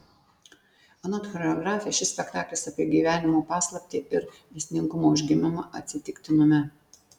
anot choreografės šis spektaklis apie gyvenimo paslaptį ir dėsningumo užgimimą atsitiktinume